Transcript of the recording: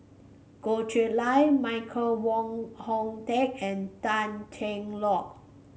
Goh Chiew Lye Michael Wong Hong Teng and Tan Cheng Lock